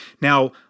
Now